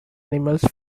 animals